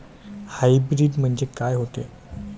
Hybrid म्हनजे का होते?